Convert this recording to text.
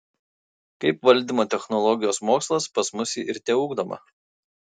kaip valdymo technologijos mokslas pas mus ji ir teugdoma